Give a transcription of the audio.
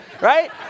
right